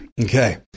Okay